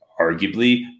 arguably